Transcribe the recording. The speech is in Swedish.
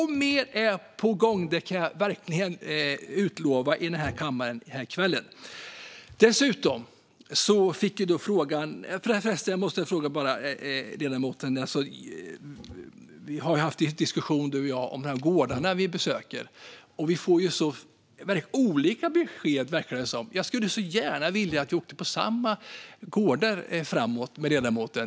Mer är på gång; det kan jag verkligen utlova här i kammaren i kväll! Jag och ledamoten har ju haft en diskussion om de gårdar som vi besöker. Vi verkar få olika besked, och jag skulle så gärna vilja att vi åker till samma gårdar framöver.